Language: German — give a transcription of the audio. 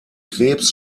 krebs